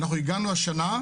אנחנו הגענו השנה,